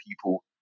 people